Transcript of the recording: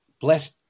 Bless